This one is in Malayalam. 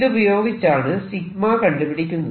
ഇതുപയോഗിച്ചാണ് കണ്ടുപിടിക്കുന്നത്